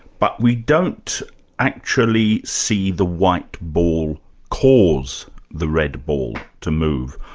but we don't actually see the white ball cause the red ball to move.